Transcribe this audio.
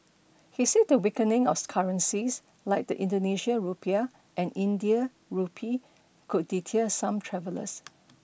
he said the weakening of currencies like the Indonesian rupiah and Indian rupee could deter some travellers